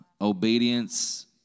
Obedience